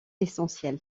essentiel